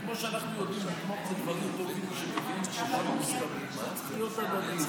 וכמו שאנחנו יודעים, זה היה צריך להיות הדדי.